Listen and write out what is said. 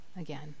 again